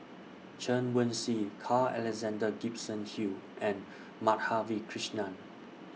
Chen Wen Hsi Carl Alexander Gibson Hill and Madhavi Krishnan